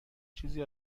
چیزی